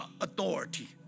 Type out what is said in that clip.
authority